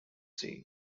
sea